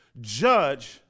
judge